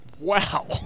wow